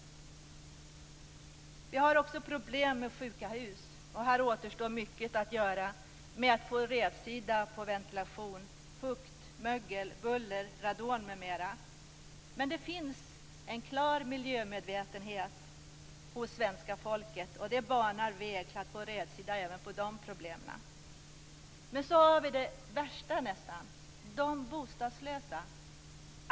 Vi har också problem med sjuka hus. Här återstår mycket att göra för att få rätsida på ventilation, fukt, mögel, buller, radon m.m. Men det finns en klar miljömedvetenhet hos det svenska folket, och det banar väg till att få rätsida även på dessa problem. Men så har vi det nästan värsta problemet - de bostadslösa.